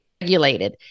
regulated